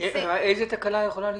איזו תקלה יכולה להיות?